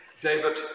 David